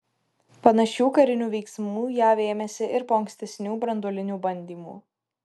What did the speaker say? panašių karinių veiksmų jav ėmėsi ir po ankstesnių branduolinių bandymų